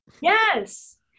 yes